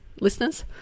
listeners